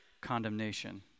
condemnation